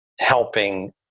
helping